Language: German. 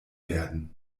werden